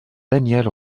daniel